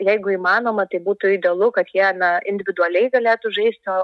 jeigu įmanoma tai būtų idealu kad jie na individualiai galėtų žaisti o